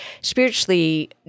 spiritually